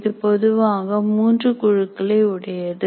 இது பொதுவாக மூன்று குழுக்களை உள்ளடக்கியது